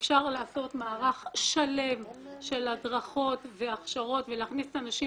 אפשר לעשות מערך שלם של הדרכות והכשרות ולהכניס את הנשים